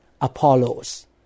Apollos